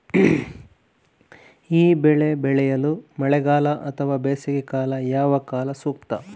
ಈ ಬೆಳೆ ಬೆಳೆಯಲು ಮಳೆಗಾಲ ಅಥವಾ ಬೇಸಿಗೆಕಾಲ ಯಾವ ಕಾಲ ಸೂಕ್ತ?